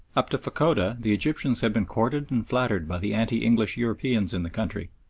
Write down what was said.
up to fachoda the egyptians had been courted and flattered by the anti-english europeans in the country.